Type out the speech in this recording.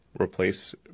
replace